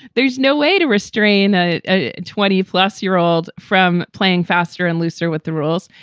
there's no way to restrain a twenty plus year old from playing faster and looser with the rules.